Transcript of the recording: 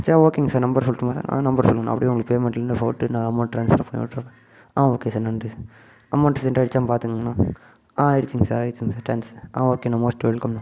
sir ஓகேங்க sir number சொல்லட்டுமா sir ஆ நம்பர் சொல்லுங்கண்ணா அப்படியே உங்களுக்கு பேமெண்ட்டில் இருந்து போட்டு நான் அமௌண்ட் ட்ரான்ஸ்ஃபர் பண்ணிவிட்டுறேன் ஆ ஓகே சார் நன்றி சார் அமௌண்ட் செண்ட் ஆயிடுச்சானு பார்த்துக்கங்கண்ணா ஆ ஆயிடுச்சுங்க சார் ஆயிடுச்சுங்க சார் தேங்க்ஸ் ஆ ஓகேண்ணா மோஸ்ட் வெல்கம்ண்ணா